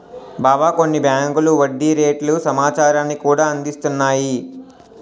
బావా కొన్ని బేంకులు వడ్డీ రేట్ల సమాచారాన్ని కూడా అందిస్తున్నాయి